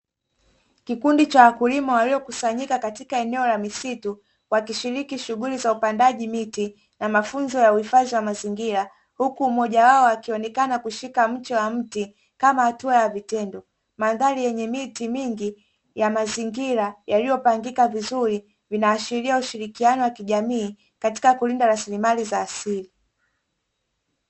Kundi cha wakulima waliokusanyika katika eneo la misitu wakishiriki shughuli za upandaji miti na mafunzo ya uhifadhi wa mazingira, huku mmoja wao akionekana kushika mti kama hatua ya vitendo. Mandhari yenye miti mingi ya mazingira yaliyopangika vizuri, vinaashiria ushirikiano wa kijamii katika kulinda rasilimali za asili.